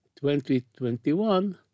2021